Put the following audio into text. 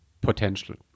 potential